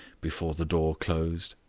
before the door closed.